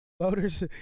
Voters